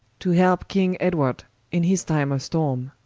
to helpe king edward in his time of storme,